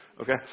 okay